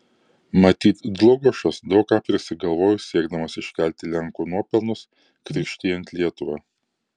matyt dlugošas daug ką prisigalvojo siekdamas iškelti lenkų nuopelnus krikštijant lietuvą